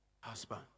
husband